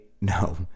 no